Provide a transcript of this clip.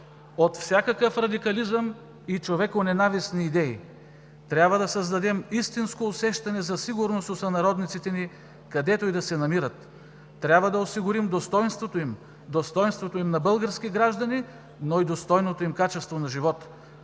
от всякакъв радикализъм и човеконенавистни идеи. Трябва да създадем истинско усещане за сигурност у сънародниците ни, където и да се намират. Трябва да осигурим достойнството им, достойнството им на български граждани, но и достойното им качество на живот.